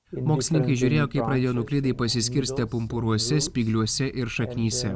mokslininkai žiūrėjo kaip radionuklidai pasiskirstę pumpuruose spygliuose ir šaknyse